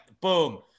boom